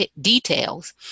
details